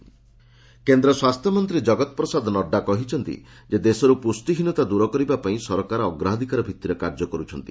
Nadda nutrition କେନ୍ଦ୍ର ସ୍ୱାସ୍ଥ୍ୟମନ୍ତ୍ରୀ ଜଗତପ୍ରସାଦ ନଡ୍ରା କହିଛନ୍ତି ଯେ ଦେଶରୁ ପୁଷ୍ଟିହୀନତା ଦୂର କରିବା ପାଇଁ ସରକାର ଅଗ୍ରାଧିକାର ଭିତ୍ତିରେ କାର୍ଯ୍ୟ କରୁଛନ୍ତି